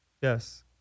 Yes